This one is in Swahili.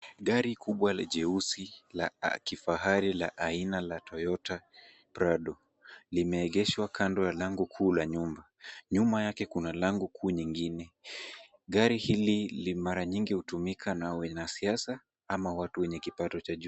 Gari kubwa la jeusi la kifahari la aina la Toyota Prado. Limeegeshwa kando ya lango kuu la nyumba. Nyuma yake kuna lango kuu nyingine. Gari hili mara nyingi hutumika na wanasiasa ama watu wenye kipato cha juu.